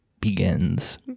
Begins